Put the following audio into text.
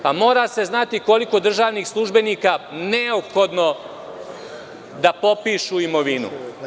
Pa, mora se znati koliko jedržavnih službenika neophodno da popišu imovinu.